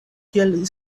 kiel